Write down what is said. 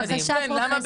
בבקשה פרופ'''.